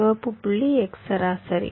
சிவப்பு புள்ளி x சராசரி